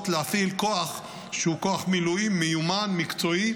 להפעיל כוח שהוא כוח מילואים מיומן ומקצועי,